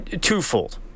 twofold